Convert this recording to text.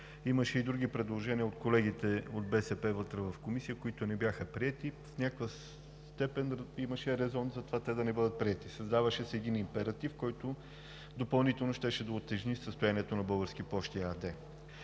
Имаше и други предложения от колегите от БСП вътре в Комисията, които не бяха приети. В някаква степен имаше резон за това те да не бъдат приети. Създаваше се един императив, който допълнително щеше да утежни състоянието на „Български пощи“ АД,